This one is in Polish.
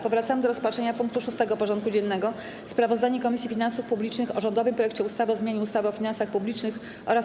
Powracamy do rozpatrzenia punktu 6. porządku dziennego: Sprawozdanie Komisji Finansów Publicznych o rządowym projekcie ustawy o zmianie ustawy o finansach publicznych oraz